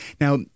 Now